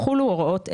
יחולו הוראות אלה: